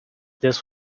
this